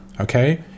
okay